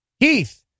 Keith